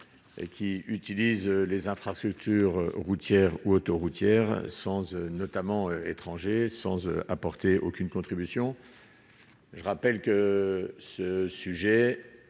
qui utilisent les infrastructures routières ou autoroutières sans eux, notamment étrangers, sans eux, apporté aucune contribution. Je rappelle que ce sujet,